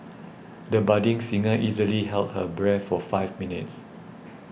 the budding singer easily held her breath for five minutes